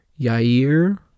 Yair